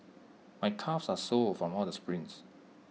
my calves are sore from all the sprints